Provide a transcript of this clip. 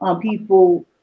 people